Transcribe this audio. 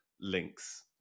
links